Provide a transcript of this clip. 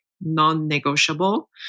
non-negotiable